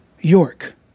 York